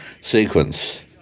sequence